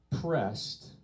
pressed